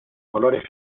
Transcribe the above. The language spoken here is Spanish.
colores